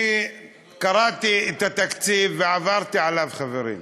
עכשיו, אני קראתי את התקציב ועברתי עליו, חברים,